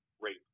rape